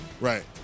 Right